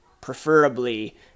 preferably